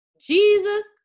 jesus